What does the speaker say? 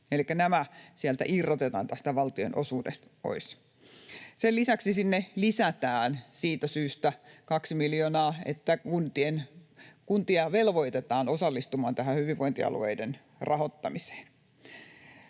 Elikkä nämä irrotetaan tästä valtionosuudesta pois. Sen lisäksi sinne lisätään 2 miljoonaa siitä syystä, että kuntia velvoitetaan osallistumaan hyvinvointialueiden rahoittamiseen.